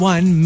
One